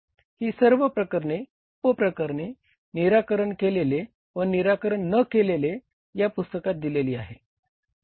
ही सर्व प्रकरणे उप प्रकरणे निराकरण केलेली या पुस्तकात दिलेली आहे